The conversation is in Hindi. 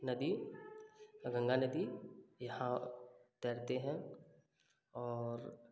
नदी गंगा नदी यहाँ तैरते हैं और